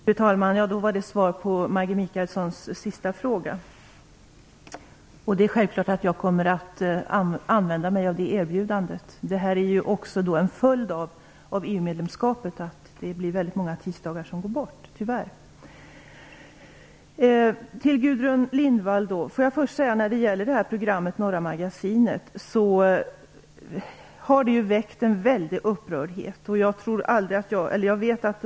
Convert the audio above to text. Fru talman! Det var svaret på Maggi Mikaelssons sista fråga. Självfallet kommer jag att använda mig av detta erbjudande. En följd av EU-medlemskapet är att många tisdagar tyvärr går bort. Jag skall gå över till Gudrun Lindvall. TV programmet Norra magasinet har väckt en stor upprördhet.